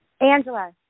Angela